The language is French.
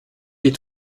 des